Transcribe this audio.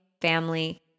family